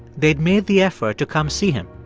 they'd made the effort to come see him,